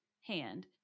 hand